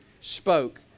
spoke